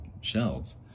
shells